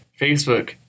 Facebook